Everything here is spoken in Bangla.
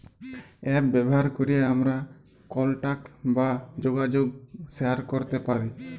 এপ ব্যাভার ক্যরে আমরা কলটাক বা জ্যগাজগ শেয়ার ক্যরতে পারি